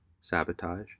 sabotage